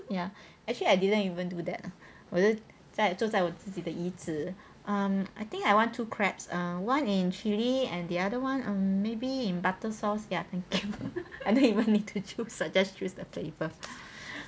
ya actually I didn't even do that 我就在坐在在我自己的椅子 here I think I want two crabs ah one in chili and the other one maybe in butter sauce ya thank you I don't even need to choose I just choose the flavour